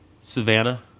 Savannah